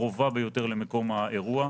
הקרובה ביותר למקום האירוע,